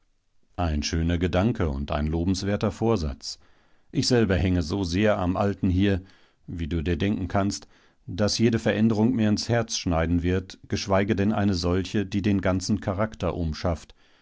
ein schöner gedanke und ein lobenswerter vorsatz ich selber hänge so sehr am alten hier wie du dir denken kannst daß jede veränderung mir ins herz schneiden wird geschweige denn eine solche die den ganzen charakter umschafft